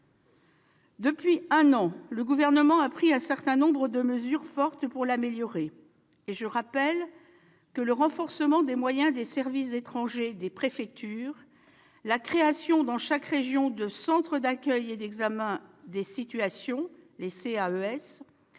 Depuis un an, le Gouvernement a pris un certain nombre de mesures fortes pour améliorer ce dernier. Je rappelle que le renforcement des moyens des services des étrangers des préfectures, la création dans chaque grande région de centres d'accueil et d'examen des situations, les CAES,